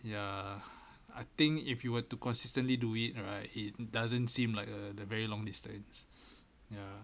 ya I think if you were to consistently do it right it doesn't seem like a very long distance ya